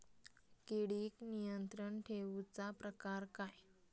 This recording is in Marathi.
किडिक नियंत्रण ठेवुचा प्रकार काय?